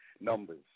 Numbers